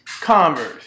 Converse